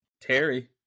Terry